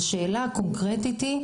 השאלה הקונקרטית היא,